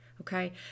okay